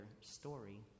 story